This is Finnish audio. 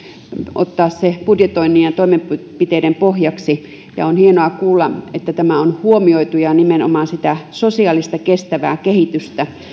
ottaa se budjetoinnin ja toimenpiteiden pohjaksi on hienoa kuulla että tämä on huomioitu ja nimenomaan sitä sosiaalista kestävää kehitystä